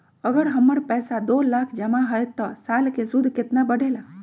अगर हमर पैसा दो लाख जमा है त साल के सूद केतना बढेला?